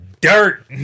dirt